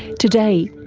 today,